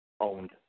owned